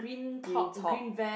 green top